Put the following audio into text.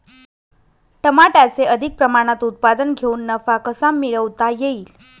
टमाट्याचे अधिक प्रमाणात उत्पादन घेऊन नफा कसा मिळवता येईल?